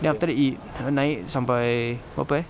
then after that it naik sampai berapa eh